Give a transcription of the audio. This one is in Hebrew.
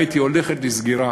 וכעת היא הולכת לסגירה.